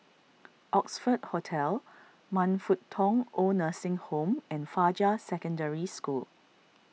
Oxford Hotel Man Fut Tong Oid Nursing Home and Fajar Secondary School